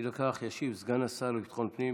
ישיב סגן השר לביטחון הפנים